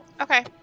okay